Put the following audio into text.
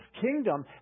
kingdom